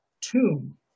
tomb